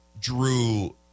Drew